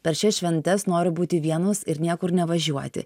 per šias šventes noriu būti vienus ir niekur nevažiuoti